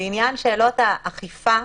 לעניין שאלות האכיפה,